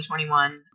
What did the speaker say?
2021